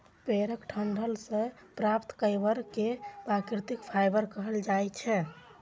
पेड़क डंठल सं प्राप्त फाइबर कें प्राकृतिक फाइबर कहल जाइ छै